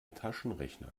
taschenrechner